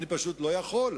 אני פשוט לא יכול.